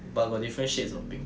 but got different shades of pink